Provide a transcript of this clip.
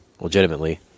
Legitimately